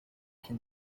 can